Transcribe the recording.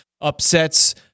upsets